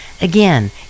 Again